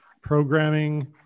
programming